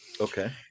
Okay